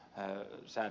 hän sai